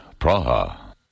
Praha